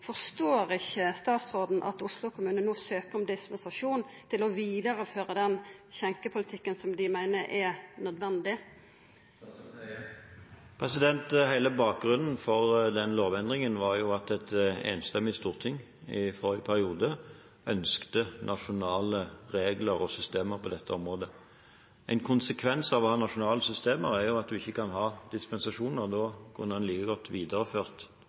Forstår ikkje statsråden at Oslo kommune no søkjer om dispensasjon til å vidareføra den skjenkepolitikken som dei meiner er nødvendig? Hele bakgrunnen for den lovendringen var at et enstemmig storting i forrige periode ønsket nasjonale regler og systemer på dette området. En konsekvens av å ha nasjonale systemer er at en ikke kan ha dispensasjoner. Da kunne en like godt videreført